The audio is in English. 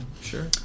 Sure